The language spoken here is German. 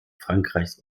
frankreichs